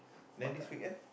then this weekend